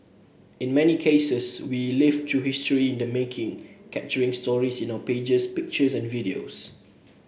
in many cases we live through history in the making capturing stories in our pages pictures and videos